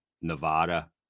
Nevada